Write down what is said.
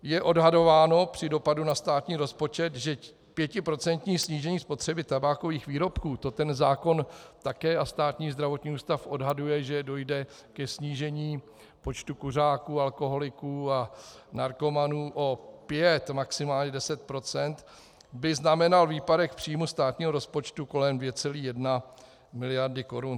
Je odhadováno při dopadu na státní rozpočet, že pětiprocentní snížení spotřeby tabákových výrobků, to ten zákon také a Státní zdravotní ústav odhaduje, že dojde ke snížení počtu kuřáků, alkoholiků a narkomanů o 5, maximálně 10 %, by znamenal výpadek příjmu státního rozpočtu kolem 2,1 mld. korun.